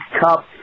Cup